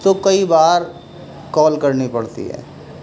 تو کئی بار کال کرنی پڑتی ہے